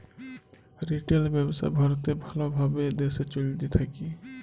retail ব্যবসা ভারতে ভাল ভাবে দেশে চলতে থাক্যে